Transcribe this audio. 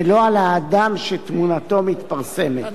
ולא על האדם שתמונתו מתפרסמת.